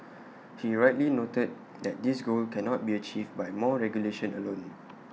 he rightly noted that this goal cannot be achieved by more regulation alone